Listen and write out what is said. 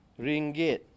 Ringgit